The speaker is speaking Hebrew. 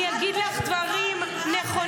אני אגיד לך דברים נכונים,